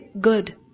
Good